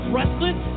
restless